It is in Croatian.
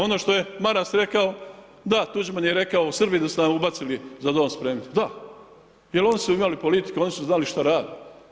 Ono što je Maras rekao, da Tuđman je rekao Srbi da su nam ubacili „Za dom spremni“, da jel oni su imali politiku, oni su znači šta rade.